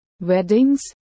Weddings